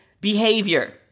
behavior